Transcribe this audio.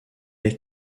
est